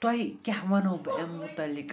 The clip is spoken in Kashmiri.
تۄہہِ کیٛاہ وَنو بہٕ اَمہِ متعلق